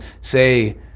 say